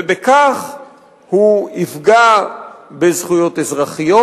ובכך הוא יפגע בזכויות אזרחיות,